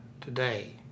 Today